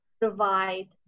provide